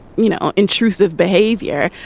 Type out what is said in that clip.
you know, intrusive behavior,